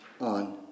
on